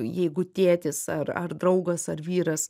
jeigu tėtis ar ar draugas ar vyras